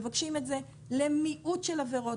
מבקשים את זה למיעוט של עבירות.